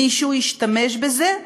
מישהו השתמש בזה,